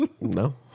No